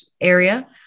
area